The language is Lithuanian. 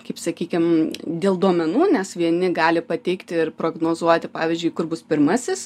kaip sakykim dėl duomenų nes vieni gali pateikti ir prognozuoti pavyzdžiui kur bus pirmasis